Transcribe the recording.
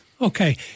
Okay